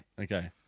Okay